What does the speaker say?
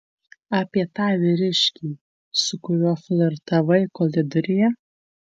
apie tą vyriškį su kuriuo flirtavai koridoriuje